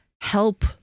help